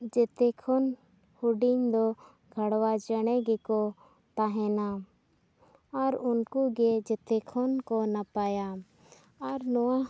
ᱡᱚᱛᱚ ᱠᱷᱚᱱ ᱦᱩᱰᱤᱧ ᱫᱚ ᱜᱷᱟᱲᱣᱟ ᱪᱮᱬᱮ ᱜᱮᱠᱚ ᱛᱟᱦᱮᱱᱟ ᱟᱨ ᱩᱱᱠᱩ ᱜᱮ ᱡᱚᱛᱚ ᱠᱷᱚᱱ ᱠᱚ ᱱᱟᱯᱟᱭᱟ ᱟᱨ ᱱᱚᱣᱟ